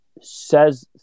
says